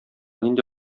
нинди